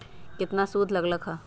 केतना सूद लग लक ह?